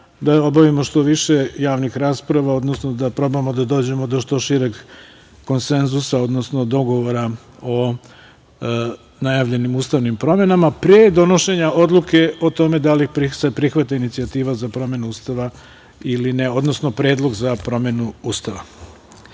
da obavimo što više javnih rasprava, odnosno da probamo da dođemo do što šireg konsenzusa, odnosno dogovora o najavljenim ustavnim promenama, pre donošenja odluke o tome da li se prihvata inicijativa za promenu Ustavu ili ne, odnosno predlog za promenu